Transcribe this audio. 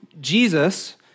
Jesus